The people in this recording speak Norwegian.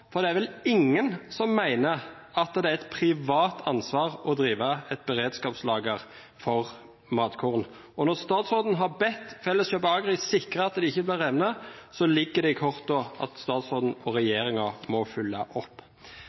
for det er vel ingen som mener at det er et privat ansvar å drive et beredskapslager for matkorn. Når statsråden har bedt Felleskjøpet Agri sikre at det ikke bør ende, ligger det i kortene at statsråden og regjeringen må følge opp.